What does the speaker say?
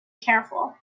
careful